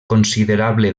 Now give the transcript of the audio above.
considerable